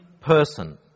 person